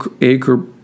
acre